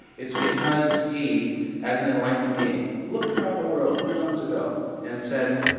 it's because he as an enlightened being looked around the world eons ago and said,